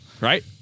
right